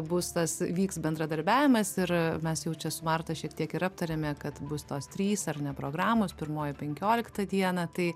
bus tas vyks bendradarbiavimas ir mes jau čia su marta šiek tiek ir aptarėme kad bus tos trys ar ne programos pirmoji penkioliktą dieną tai